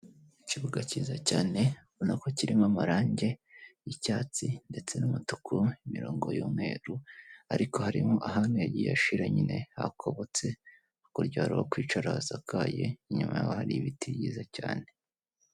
Ikibuga cyiza cyane ubona ko kirimo amarange y'icyatsi ndetse n'umutuku, imirongo y'umweru ariko harimo ahantu yagiye ashira nyine hakobotse hakurya hari aho kwicara hasakaye inyuma hari ibiti byize cyane.